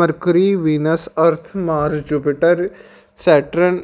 mercury Venus Earth Mars Jupiter Saturn